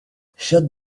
shut